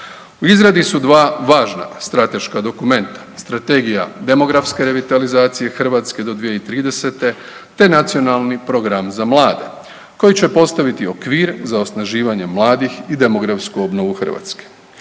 U izradi su dva važna strateška dokumenta, Strategija demografske revitalizacije Hrvatske do 2030., te Nacionalni program za mlade koji će postaviti okvir za osnaživanje mladih i demografsku obnovu Hrvatske.